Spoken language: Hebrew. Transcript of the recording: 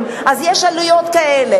בוודאי,